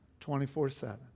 24-7